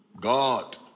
God